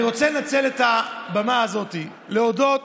אני רוצה לנצל את הבמה הזאת להודות